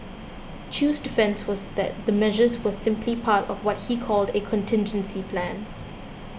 Chew's defence was that the measures were simply part of what he called a contingency plan